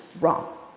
wrong